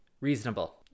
reasonable